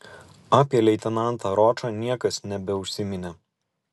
apie leitenantą ročą niekas nebeužsiminė